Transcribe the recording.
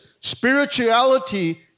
Spirituality